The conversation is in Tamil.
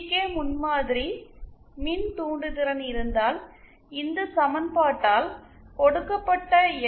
கே முன்மாதிரி மின்தூண்டுத்திறன் இருந்தால் இந்த சமன்பாட்டால் கொடுக்கப்பட்ட எல்